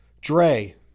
Dre